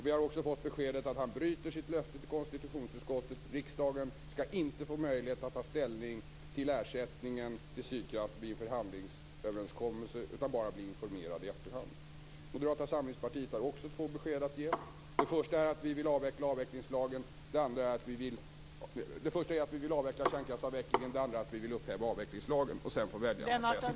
Vi har också fått beskedet att han bryter sitt löfte till konstitutionsutskottet: Riksdagen skall inte få möjlighet att ta ställning till ersättningen till Sydkraft vid en förhandlingsöverenskommelse utan bara bli informerad i efterhand. Moderata samlingspartiet har också två besked att ge. Det första är att vi vill avveckla kärnkraftsavvecklingen. Det andra är att vi vill upphäva avvecklingslagen. Sedan får väljarna säga sitt.